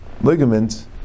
ligaments